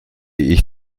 ich